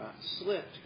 slipped